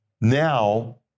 Now